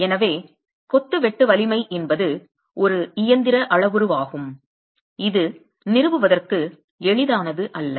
எனவே கொத்து வெட்டு வலிமை என்பது ஒரு இயந்திர அளவுருவாகும் இது நிறுவுவதற்கு எளிதானது அல்ல